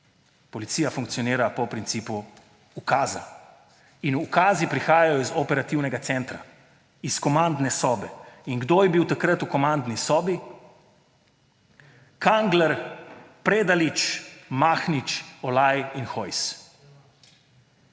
Policija funkcionira po principu ukaza. In ukazi prihajajo iz operativnega centra, iz komandne sobe. In kdo je bil takrat v komandni sobi? Kangler, Predalič, Mahnič, Olaj in Hojs.